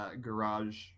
garage